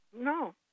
No